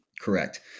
Correct